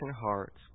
hearts